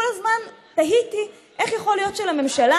כל הזמן תהיתי איך יכול להיות שלממשלה